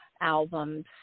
albums